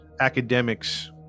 academics